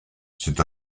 c’est